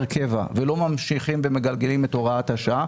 קבע ולא ממשיכים ומגלגלים את הוראת השעה,